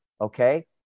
Okay